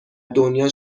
دنیا